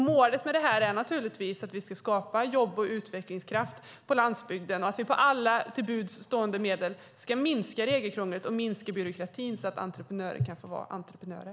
Målet är naturligtvis att skapa jobb och utvecklingskraft på landsbygden och att till alla buds stående medel minska regelkrånglet och byråkratin så att entreprenörer kan få vara entreprenörer.